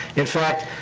in fact,